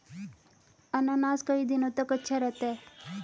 अनानास कई दिनों तक अच्छा रहता है इसीलिए व्यापारी को फायदा होता है